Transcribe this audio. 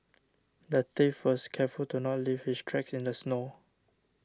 the thief was careful to not leave his tracks in the snow